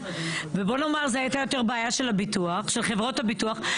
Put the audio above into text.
ובוא נאמר זו הייתה יותר בעיה של חברות הביטוח.